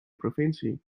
provincie